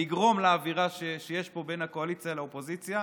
לגרום לאווירה שיש פה בין הקואליציה לאופוזיציה,